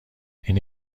این